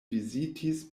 vizitis